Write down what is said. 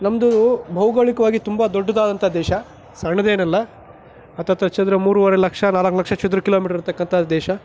ನಮ್ಮದು ಭೌಗೋಳಿಕವಾಗಿ ತುಂಬ ದೊಡ್ಡದಾದಂಥ ದೇಶ ಸಣ್ಣದೇನಲ್ಲ ಹತ್ತತ್ರ ಚದರ ಮೂರುವರೆ ಲಕ್ಷ ನಾಲ್ಕು ಲಕ್ಷ ಚದರ ಕಿಲೋಮೀಟರ್ ಇರತಕ್ಕಂಥ ದೇಶ